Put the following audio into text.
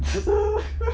so